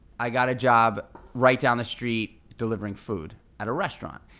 i got a job right down the street delivering food at a restaurant.